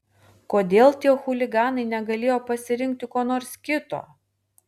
kodėl tie chuliganai negalėjo pasirinkti ko nors kito